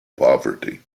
poverty